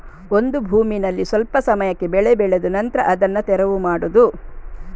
ಒಂದು ಭೂಮಿನಲ್ಲಿ ಸ್ವಲ್ಪ ಸಮಯಕ್ಕೆ ಬೆಳೆ ಬೆಳೆದು ನಂತ್ರ ಅದನ್ನ ತೆರವು ಮಾಡುದು